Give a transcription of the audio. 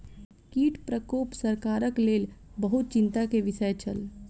कीट प्रकोप सरकारक लेल बहुत चिंता के विषय छल